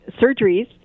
surgeries